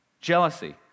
jealousy